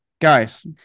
guys